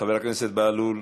חבר הכנסת בהלול,